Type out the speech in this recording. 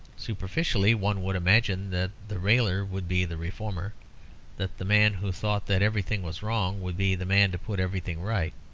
superficially, one would imagine that the railer would be the reformer that the man who thought that everything was wrong would be the man to put everything right.